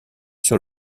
sur